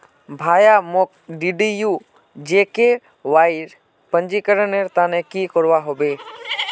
भाया, मोक डीडीयू जीकेवाईर पंजीकरनेर त न की करवा ह बे